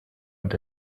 und